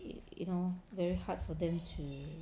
you know very hard for them to